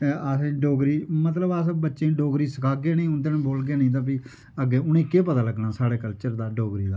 आसे गी डोगरी मतलब अस बच्चे गी डोगरी सिक्खागे नेई उंदे कन्नै बोलगे नेई ते फिह् अग्गे उनेंगी केह् पता लग्गना साढ़े कल्चर दा डोगरी दा